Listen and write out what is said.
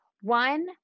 One